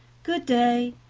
good-day,